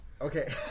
Okay